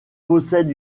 possède